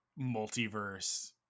multiverse